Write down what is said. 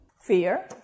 fear